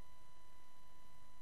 ושלם.